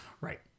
Right